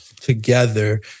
together